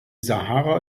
sahara